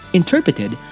interpreted